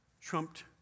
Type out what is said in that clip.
trumped